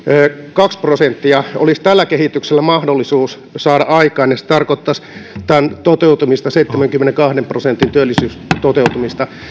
kaksi prosenttia olisi tällä kehityksellä mahdollisuus saada aikaan ja se tarkoittaisi tämän seitsemänkymmenenkahden prosentin työllisyyden toteutumista